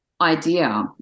idea